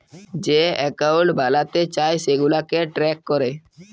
যে একাউল্ট বালাতে চায় সেগুলাকে ট্র্যাক ক্যরে